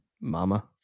mama